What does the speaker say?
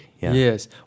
Yes